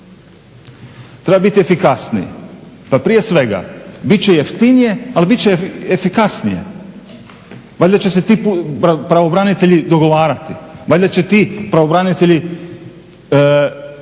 treba biti efikasniji pa prije svega bit će jeftinije ali bit će efikasnije. Valjda će se ti pravobranitelji dogovarati, valjda će ti pravobranitelji